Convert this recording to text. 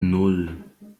nan